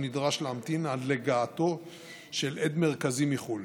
נדרש להמתין עד להגעתו של עד מרכזי מחו"ל.